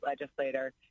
legislator